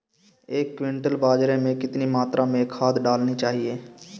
एक क्विंटल बाजरे में कितनी मात्रा में खाद डालनी चाहिए?